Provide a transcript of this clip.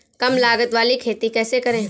कम लागत वाली खेती कैसे करें?